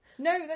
No